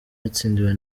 yatsindiwe